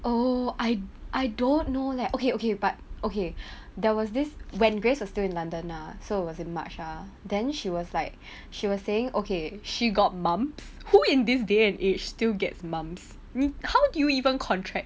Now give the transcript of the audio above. oh I I don't know leh okay okay but okay there was this when grace are still in london ah so it wasn't much ah then she was like she was saying okay she got mumps who in this day and age still gets mumps how do you even contract